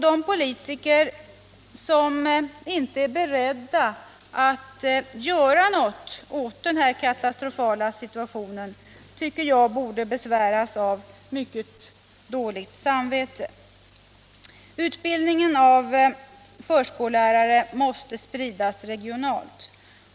De politiker som inte är beredda att göra något åt denna katastrofala situation borde besväras av mycket dåligt samvete. Utbildningen av förskollärare måste spridas regionalt.